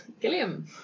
Gilliam